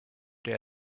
day